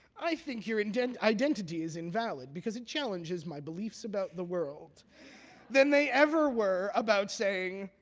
i think your and and identity is invalid because it challenges my beliefs about the world than they ever were about saying,